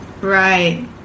right